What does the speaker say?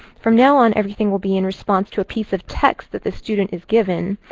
from now on, everything will be in response to a piece of text that the student is given.